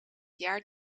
jaar